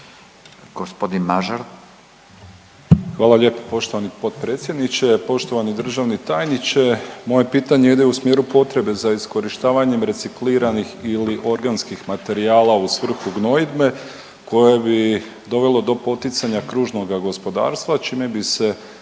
Hvala lijepo poštovani potpredsjedniče. Poštovani državni tajniče moje pitanje ide u smjeru potrebe za iskorištavanjem recikliranih ili organskih materijala u svrhu gnojidbe koje bi dovelo do poticanja kružnoga gospodarstva čime bi se